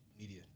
media